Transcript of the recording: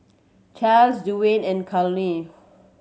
Clarnce Duwayne and Carlene